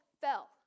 fell